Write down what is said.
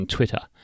Twitter